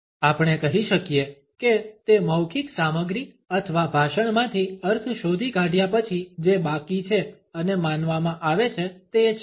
આપણે કહી શકીએ કે તે મૌખિક સામગ્રી અથવા ભાષણમાંથી અર્થ શોધી કાઢ્યા પછી જે બાકી છે અને માનવામાં આવે છે તે છે